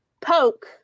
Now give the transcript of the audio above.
poke